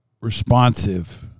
responsive